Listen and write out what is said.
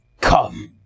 come